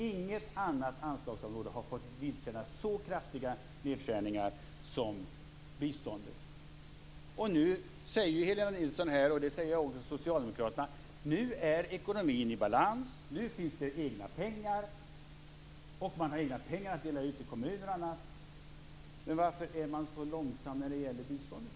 Inget annat anslagsområde har fått vidkännas så kraftiga nedskärningar som biståndet. Nu säger Helena Nilsson liksom socialdemokraterna att ekonomin är i balans. Nu finns det egna pengar. Man har egna pengar att dela ut till kommunerna. Men varför är man så långsam när det gäller biståndet?